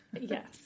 yes